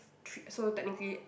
thr~ so technically